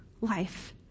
life